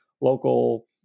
local